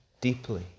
deeply